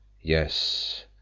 Yes